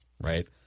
right